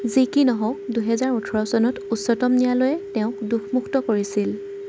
যি কি নহওক দুহেজাৰ ওঠৰ চনত উচ্চতম ন্যায়ালয়ে তেওঁক দোষমুক্ত কৰিছিল